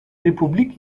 republik